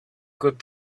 good